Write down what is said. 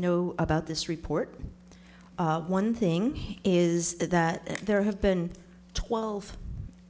know about this report one thing is that there have been twelve